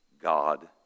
God